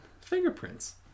Fingerprints